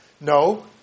No